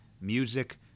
Music